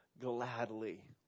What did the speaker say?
gladly